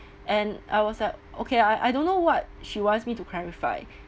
and I was like okay I I don't know what she wants me to clarify